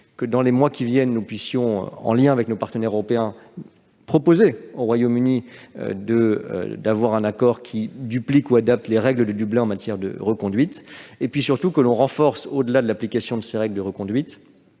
Dans les mois qui viennent, nous devrions, en lien avec nos partenaires européens, proposer au Royaume-Uni un accord dupliquant ou adaptant les règles de Dublin en matière de reconduite. Surtout, il conviendra de renforcer, au-delà de l'application de ces règles de reconduite,